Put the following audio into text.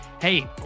hey